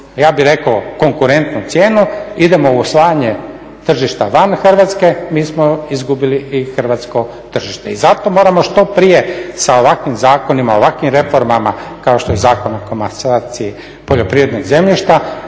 daje plus konkurentnu cijenu idemo u osvajanje tržišta van Hrvatske, mi smo izgubili i hrvatsko tržište. I zato moramo što prije sa ovakvim zakonima, ovakvim reformama kao što je Zakon o komasaciji poljoprivrednih zemljišta